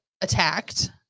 attacked